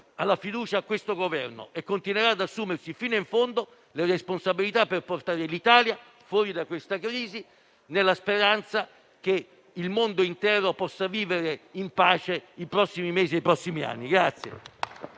di fiducia al Governo e continuerà ad assumersi fino in fondo le responsabilità per portare l'Italia fuori da questa crisi, nella speranza che il mondo intero possa vivere in pace i prossimi mesi e anni.